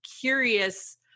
curious